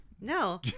No